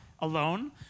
alone